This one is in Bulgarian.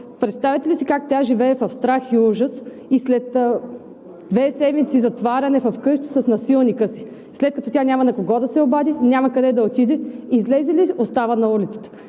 Представяте ли си как тя живее в страх и ужас и след две седмици затваряне вкъщи с насилника си, след като тя няма на кого да се обади, няма къде да отиде? Излезе ли, остава на улицата.